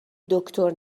دکتر